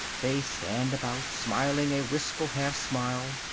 they stand about, smiling a wistful half smile.